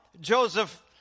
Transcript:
Joseph